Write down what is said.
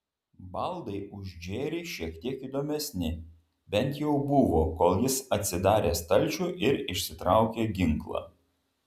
baldai už džerį šiek tiek įdomesni bent jau buvo kol jis atsidarė stalčių ir išsitraukė ginklą